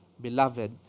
beloved